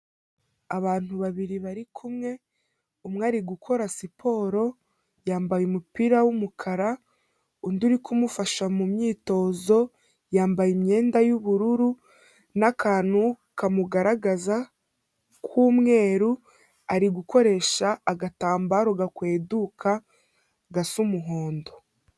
Abantu babiri bari kumwe, umwe ari gukora siporo, yambaye umupira w'umukara, undi uri kumufasha mu myitozo, yambaye imyenda y'ubururu n'akantu kamugaragaza k'umweru, ari gukoresha agatambaro gakweduka gasa umuhondo.